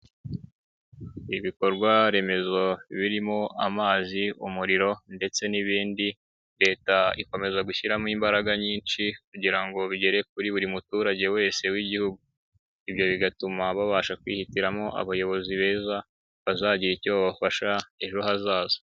Ibikorwaremezo birimo:amazi, umuriro ,ndetse n'ibindi leta ikomeza gushyiramo imbaraga nyinshi kugira ngo bigere kuri buri muturage wese w'igihugu, ibyo bigatuma babasha kwihitiramo abayobozi beza bazagira icyo babafasha ejo hazaza.